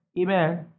Amen